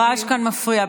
הרעש כאן מפריע,